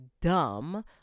dumb